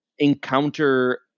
encounter